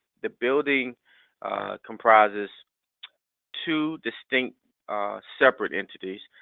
the building comprises two distinct separate entities.